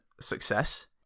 success